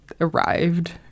Arrived